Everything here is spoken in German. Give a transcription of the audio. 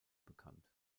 bekannt